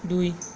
দুই